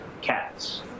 cats